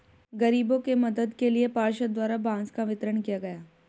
गरीबों के मदद के लिए पार्षद द्वारा बांस का वितरण किया गया